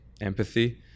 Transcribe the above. empathy